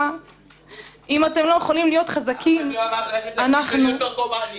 -- אף אחד לא אמר שאת חייבת להיות נרקומנית.